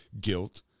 Guilt